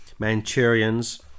Manchurians